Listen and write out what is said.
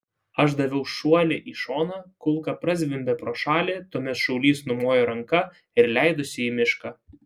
aš daviau šuolį į šoną kulka prazvimbė pro šalį tuomet šaulys numojo ranka ir leidosi į mišką